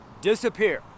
disappear